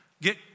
get